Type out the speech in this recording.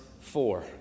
four